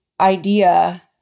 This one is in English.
idea